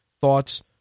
thoughts